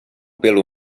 pelo